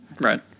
right